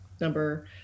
number